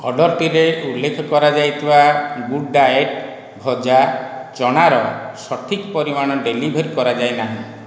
ଅର୍ଡ଼ର୍ଟିରେ ଉଲ୍ଲେଖ କରାଯାଇଥିବା ଗୁଡ଼୍ ଡ଼ାଏଟ୍ ଭଜା ଚଣାର ସଠିକ୍ ପରିମାଣ ଡେଲିଭର କରାଯାଇନାହିଁ